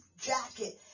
jacket